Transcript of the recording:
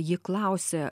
ji klausia